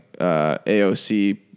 AOC